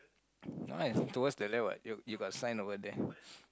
no ah it's towards the left what you you got sign the word there